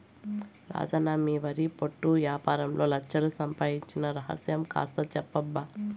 రాజన్న మీ వరి పొట్టు యాపారంలో లచ్ఛలు సంపాయించిన రహస్యం కాస్త చెప్పబ్బా